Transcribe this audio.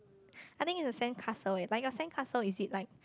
I think is a sandcastle eh like your sandcastle is it like